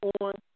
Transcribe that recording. on